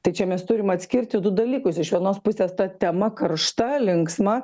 tai čia mes turim atskirti du dalykus iš vienos pusės ta tema karšta linksma